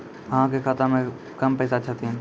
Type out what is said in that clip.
अहाँ के खाता मे कम पैसा छथिन?